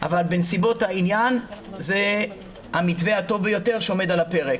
אבל בנסיבות העניין זה המתווה הטוב ביותר שעומד על הפרק.